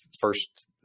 first